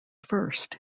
first